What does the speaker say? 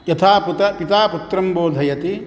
यथा पिता पुत्रं बोधयति